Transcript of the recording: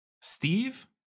Steve